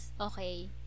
Okay